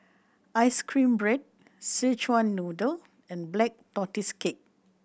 ice cream bread Szechuan Noodle and Black Tortoise Cake